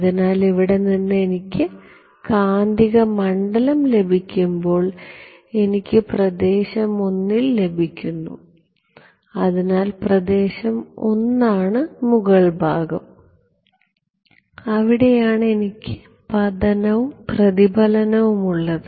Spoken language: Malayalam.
അതിനാൽ ഇവിടെ നിന്ന് എനിക്ക് കാന്തികമണ്ഡലം ലഭിക്കുമ്പോൾ എനിക്ക് പ്രദേശം 1 ൽ ലഭിക്കുന്നു അതിനാൽ പ്രദേശം 1 ആണ് മുകൾ ഭാഗം അവിടെയാണ് എനിക്ക് പതനവും പ്രതിഫലനവും ഉള്ള ഭാഗം